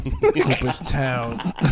Cooperstown